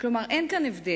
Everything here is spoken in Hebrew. כלומר יש הבדל,